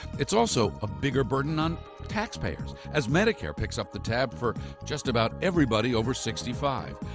it's also a bigger burden on taxpayers as medicare picks up the tab for just about everybody over sixty five.